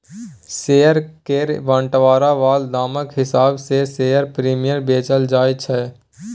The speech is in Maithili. शेयर केर बंटवारा बला दामक हिसाब सँ शेयर प्रीमियम बेचल जाय छै